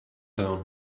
down